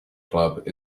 club